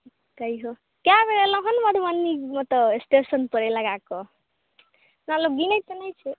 कय बेर एलहुॅं हन मधुबनी मतलब स्टेशन पर एहि लगाके चलु गिनती नहि छी